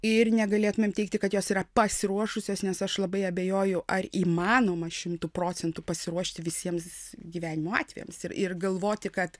ir negalėtumėm teigti kad jos yra pasiruošusios nes aš labai abejoju ar įmanoma šimtu procentų pasiruošti visiems gyvenimo atvejams ir ir galvoti kad